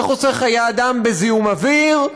זה חוסך חיי אדם בזיהום אוויר,